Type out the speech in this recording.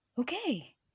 okay